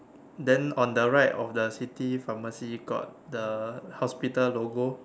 then on the right of the city pharmacy got the hospital logo